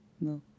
no